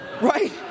Right